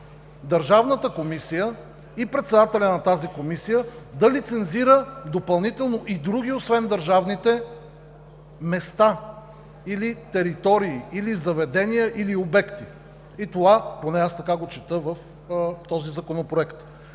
Държавната комисия и председателят на тази комисия да лицензира допълнително и други освен държавните места – или територии, или заведения, или обекти, поне аз така го чета, в този законопроект.